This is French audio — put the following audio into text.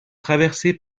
traversé